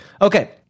Okay